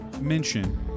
mention